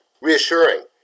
reassuring